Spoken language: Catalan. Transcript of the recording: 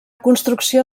construcció